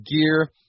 gear